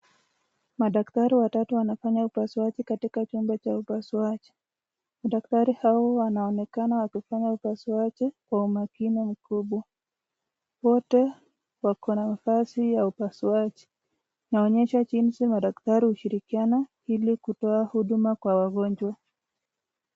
Madaktari watatu wanafanya upasuaji katika chumba cha upasuaji. Madaktari hao wanaonekana wakifanya upasuaji kwa umakini mkubwa. Wote wako na mavazi ya upasuaji. Inaonyesha jinsi madaktari hushirikiana ili kutoa huduma kwa wagonjwa.